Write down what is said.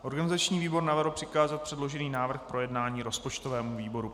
Organizační výbor navrhl přikázat předložený návrh k projednání rozpočtovému výboru.